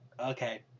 Okay